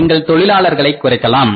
நீங்கள் தொழிலாளர்களை குறைக்கலாம்